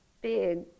big